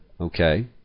Okay